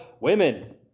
women